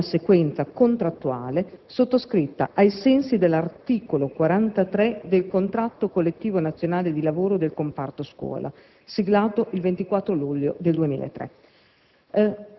Si tratta di una sequenza contrattuale sottoscritta ai sensi dell'articolo 43 del contratto collettivo nazionale di lavoro del comparto scuola, siglato il 24 luglio 2003.